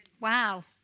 Wow